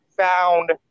Found